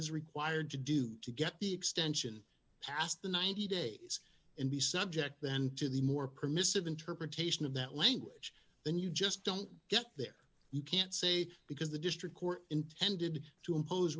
is required to do to get the extension past the ninety days and be subject then to the more permissive interpretation of that language then you just don't get there you can't say because the district court intended to impose